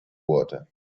water